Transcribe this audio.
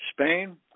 spain